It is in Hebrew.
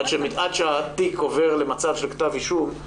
עד שהתיק עובר למצב של כתב אישום,